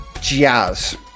jazz